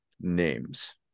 names